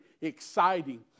exciting